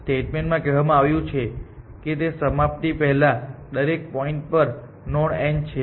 સ્ટેટમેન્ટમાં કહેવામાં આવ્યું છે કે સમાપ્તિ પહેલાં દરેક પોઇન્ટ પર નોડ n છે